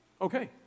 Okay